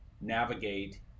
navigate